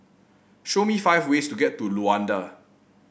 show me five ways to get to Luanda